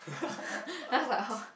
i was like how